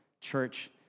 church